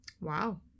Wow